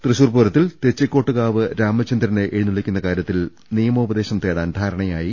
തൃശൂർപൂരത്തിൽ തെച്ചിക്കോട്ട്കാവ് രാമചന്ദ്രനെ എഴുന്ന ളളിക്കുന്ന കാര്യത്തിൽ നിയമോപദേശം തേടാൻ ധാരണ യായി